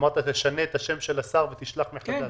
אמרת שתשנה את השם של השר ותשלח מחדש.